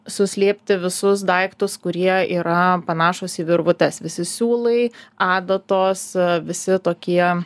suslėpti visus daiktus kurie yra panašūs į virvutes visi siūlai adatos visi tokie